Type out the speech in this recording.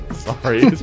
Sorry